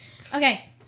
Okay